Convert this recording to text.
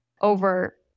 over